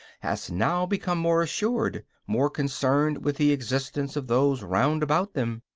has now become more assured, more concerned with the existence of those round about them.